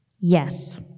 Yes